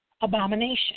abomination